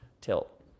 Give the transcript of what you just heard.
tilt